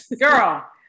Girl